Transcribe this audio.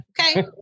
Okay